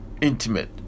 intimate